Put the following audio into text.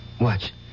Watch